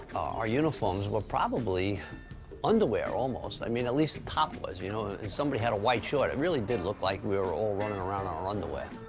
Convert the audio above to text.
our uniforms were probably underwear, almost. i mean, at least the top was. you know, and somebody had a white short. it really did look like we were all running around in our underwear.